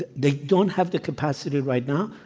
ah they don't have the capacity right now.